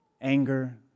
anger